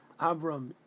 Avram